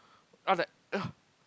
I was like !ugh!